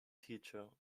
teacher